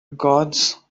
gods